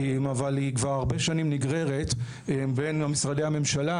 אבל היא נגררת כבר הרבה שנים בין משרדי הממשלה